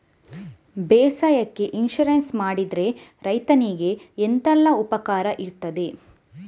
ಬೇಸಾಯಕ್ಕೆ ಇನ್ಸೂರೆನ್ಸ್ ಮಾಡಿದ್ರೆ ರೈತನಿಗೆ ಎಂತೆಲ್ಲ ಉಪಕಾರ ಇರ್ತದೆ?